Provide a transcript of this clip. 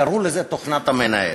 קראו לזה "תוכנת המנהל".